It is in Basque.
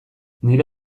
nire